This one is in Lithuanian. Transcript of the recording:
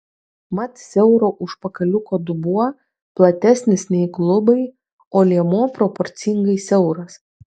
mat siauro užpakaliuko dubuo platesnis nei klubai o liemuo proporcingai siauras